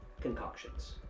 concoctions